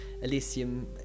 Elysium